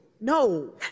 No